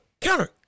counter